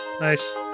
Nice